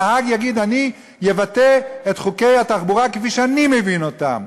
נהג יגיד: אני אבטא את חוקי התחבורה כפי שאני מבין אותם,